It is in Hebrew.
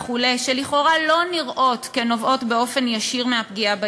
שלכאורה לא נראות כנובעות באופן ישיר מהפגיעה בילד,